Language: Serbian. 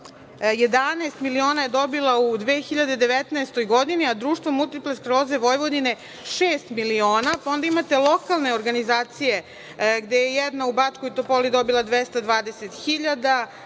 11 miliona je dobila u 2019. godini, Društvo multiple skleroze Vojvodine šest miliona. Onda imate lokalne organizacije gde je jedna u Bačkoj Topoli dobila 220 hiljada,